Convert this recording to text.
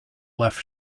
left